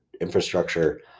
infrastructure